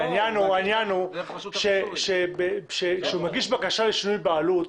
העניין הוא שכשהוא מגיש בקשה לשינוי בעלות,